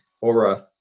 aura